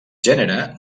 gènere